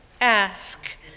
ask